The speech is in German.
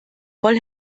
voll